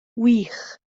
wych